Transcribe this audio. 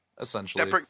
essentially